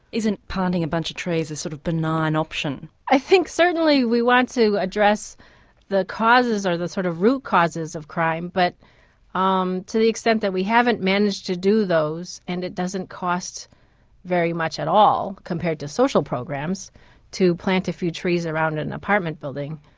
isn't planting a bunch of trees a sort of benign option? i think certainly we want to address the causes or the sort of root causes of crime but um to the extent that we haven't managed to do those and it doesn't cost very much at all compared to social programs to plant a few trees around an apartment building.